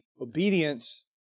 obedience